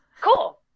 Cool